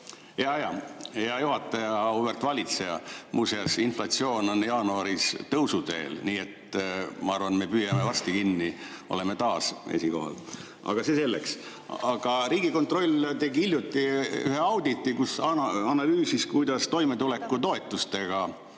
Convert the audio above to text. Hea juhataja! Auväärt valitseja! Muuseas, inflatsioon oli jaanuaris tõusuteel. Nii et ma arvan, et me püüame [teised] varsti kinni, oleme taas esikohal. Aga see selleks. Riigikontroll tegi hiljuti ühe auditi, kus analüüsis, kuidas toimetulekutoetustega